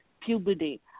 puberty